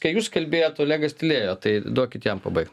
ką jūs kalbėjot olegas tylėjo tai duokit jam pabaigt